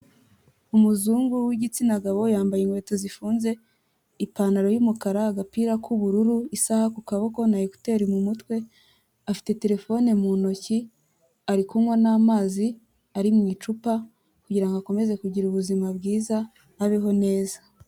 Umuzungu w'igitsina gabo yambaye inkweto zifunze, ipantaro y'umukara, agapira k'ubururu, isaha ku kaboko na ekuteri mu mutwe, afite terefone mu ntoki, ari kunywa n'amazi ari mu icupa, kugira ngo akomeze kugira ubuzima bwiza abeho neza.